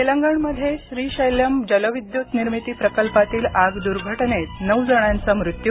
तेलंगणमध्ये श्रीशैल्यम जलविद्युत निर्मिती प्रकल्पातील आग दुर्घटनेत नऊ जणांचा मृत्यू